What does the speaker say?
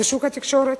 בשוק התקשורת,